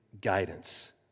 guidance